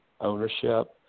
ownership